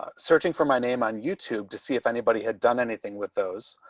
ah searching for my name on youtube, to see if anybody had done anything with those